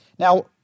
Now